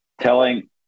telling